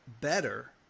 better